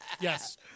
yes